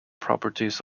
properties